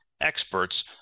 experts